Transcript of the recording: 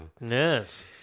Yes